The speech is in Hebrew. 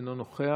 אינו נוכח,